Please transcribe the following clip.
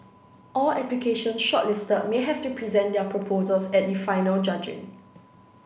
all applications shortlisted may have to present their proposals at the final judging